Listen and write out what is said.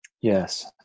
Yes